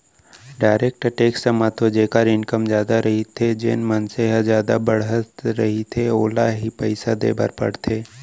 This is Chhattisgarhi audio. डायरेक्ट टेक्स म तो जेखर इनकम जादा रहिथे जेन मनसे ह जादा बड़हर रहिथे ओला ही पइसा देय बर परथे